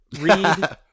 read